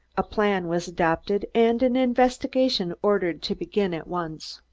a plan was adopted, and an investigation ordered to begin at once.